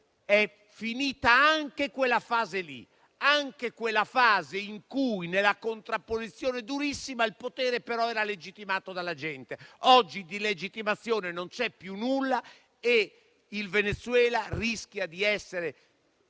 è finita anche quella fase lì; una fase in cui, nella contrapposizione durissima, il potere, però, era legittimato dalla gente. Oggi, in termini di legittimazione, non c'è più nulla. Il Venezuela rischia di essere